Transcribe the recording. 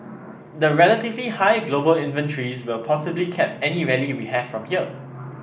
the relatively high global inventories will possibly cap any rally we have from here